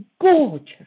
gorgeous